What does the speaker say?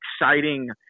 exciting